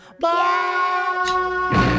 Bye